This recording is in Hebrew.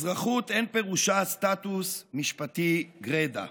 אזרחות אין פירושה סטטוס משפטי גרידא.